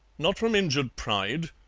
not from injured pride,